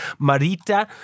Marita